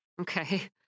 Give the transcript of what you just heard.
Okay